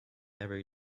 every